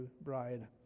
bride